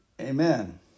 Amen